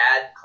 add